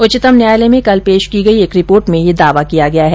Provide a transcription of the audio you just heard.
उच्चतम न्यायालय में कल पेश की गई एक रिपोर्ट में यह दावा किया गया है